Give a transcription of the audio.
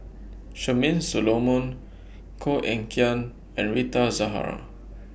Charmaine Solomon Koh Eng Kian and Rita Zahara